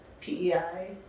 PEI